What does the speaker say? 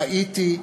ראיתי,